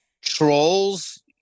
Trolls